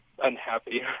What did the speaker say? Unhappy